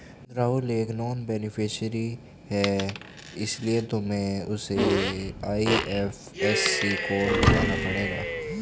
राहुल एक non beneficiary है इसीलिए तुम्हें उसे आई.एफ.एस.सी कोड बताना पड़ेगा